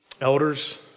Elders